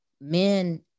men